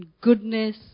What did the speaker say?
goodness